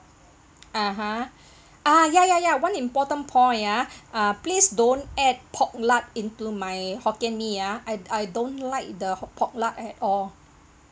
(uh huh) ah ya ya ya one important point ah ah please don't add pork lard into my hokkien mee ah I I don't like the pork lard at all